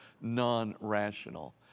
non-rational